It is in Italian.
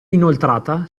inoltrata